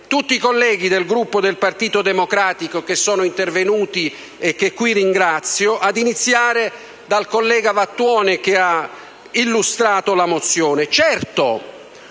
tutti i colleghi del Gruppo del Partito Democratico che sono intervenuti e che qui ringrazio, ad iniziare dal collega Vattuone, che ha illustrato la mozione.